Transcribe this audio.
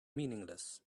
meaningless